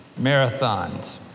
marathons